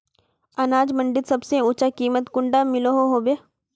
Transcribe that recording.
अनाज मंडीत सबसे ऊँचा कीमत कुंडा मिलोहो होबे?